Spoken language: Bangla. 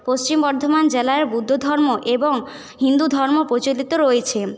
পশ্চিম বর্ধমান জেলায় বুদ্ধ ধর্ম এবং হিন্দু ধর্ম প্রচলিত রয়েছে